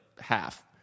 half